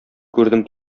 күрдем